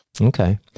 Okay